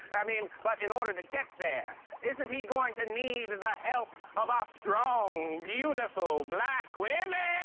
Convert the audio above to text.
i mean, but in order to get there, isn't he going to need the help of our strong, beautiful, black women?